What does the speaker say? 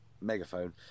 megaphone